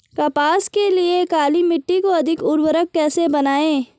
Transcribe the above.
कपास के लिए काली मिट्टी को अधिक उर्वरक कैसे बनायें?